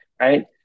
right